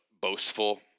boastful